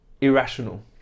irrational